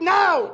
now